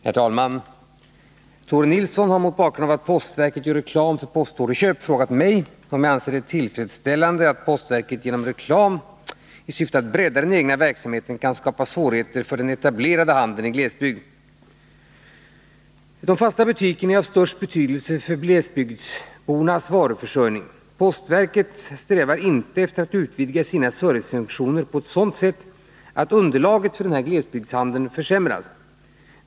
Herr talman! Tore Nilsson har mot bakgrund av att postverket gör reklam för postorderköp frågat mig om jag anser det tillfredsställande att postverket genom reklam i syfte att bredda den egna verksamheten kan skapa svårigheter för den etablerade handeln i glesbygd. De fasta butikerna är av störst betydelse för glesbygdskonsumenternas varuförsörjning. Postverkets strävan är inte att utvidga sina servicefunktioner på ett sådant sätt att underlaget för glesbygdshandeln försämras.